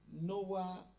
Noah